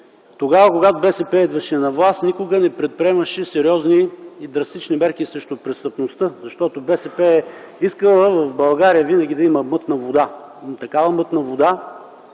Тогава, когато БСП идваше на власт, никога не предприемаше сериозни, драстични мерки срещу престъпността, защото БСП е искала в България винаги да има мътна вода.